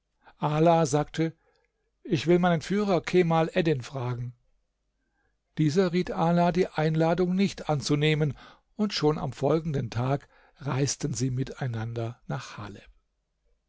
ala sagte ich will meinen führer kemal eddin fragen dieser riet ala die einladung nicht anzunehmen und schon am folgenden tag reisten sie miteinander nach haleb